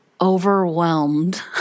overwhelmed